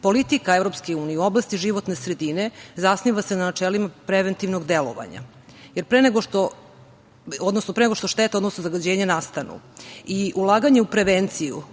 unije u oblasti životne sredine zasniva se na načelima preventivnog delovanja, jer pre nego što šteta, odnosno zagađenje nastanu i ulaganje u prevenciju